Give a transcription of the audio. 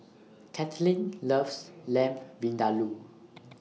Caitlynn loves Lamb Vindaloo